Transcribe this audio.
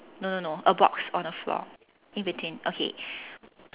no no no a box on the floor in between okay